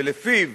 ולפיו